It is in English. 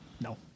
No